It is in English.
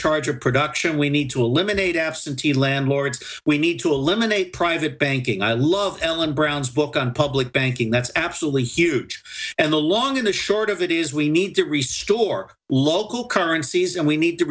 charge of production we need to eliminate absentee landlords we need to eliminate private banking i love ellen brown's book on public banking that's absolutely huge and the long in the short of it is we need to re store local currencies and we need to